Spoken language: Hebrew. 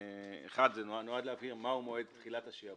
זה נועד להבהיר מהו מועד תחילת השעבוד,